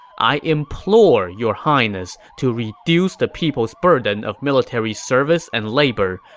i implore your highness to reduce the people's burden of military service and labor,